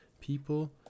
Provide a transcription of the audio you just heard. People